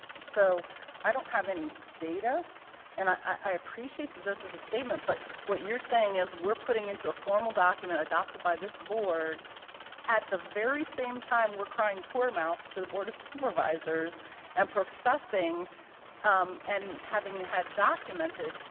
so i don't have any data and i appreciate that this is a statement, but what you are saying is we are putting into a formal document adopted by this board at the very same time we are crying poor mouth to the board of supervisors and professing um and having had documented,